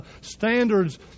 standards